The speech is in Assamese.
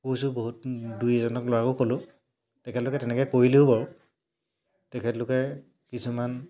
কৈছোঁ বহুত দুই এজনক ল'ৰাকো ক'লোঁ তেখেতলোকে তেনেকৈ কৰিলেও বাৰু তেখেতলোকে কিছুমান